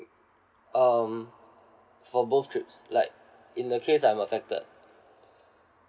um for both trips like in the case I'm affected